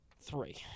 three